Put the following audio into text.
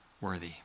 worthy